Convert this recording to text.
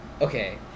Okay